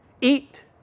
Eat